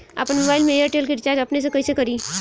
आपन मोबाइल में एयरटेल के रिचार्ज अपने से कइसे करि?